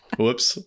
Whoops